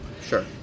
Sure